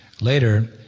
Later